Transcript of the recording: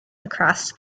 across